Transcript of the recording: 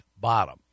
bottom